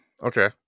Okay